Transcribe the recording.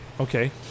okay